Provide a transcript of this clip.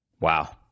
Wow